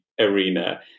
arena